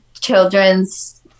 children's